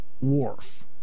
Wharf